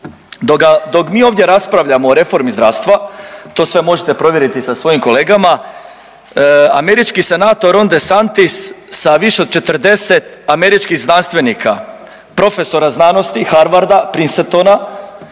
Dok mi ovdje raspravljamo o reformi zdravstva to sve možete provjeriti sa svojim kolegama američki senator Ron DeSantis sa više od 40 američkih znanstvenika profesora znanosti Harvarda, Princetona,